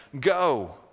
go